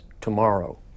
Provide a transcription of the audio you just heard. tomorrow